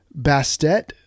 Bastet